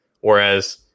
Whereas